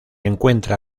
encuentra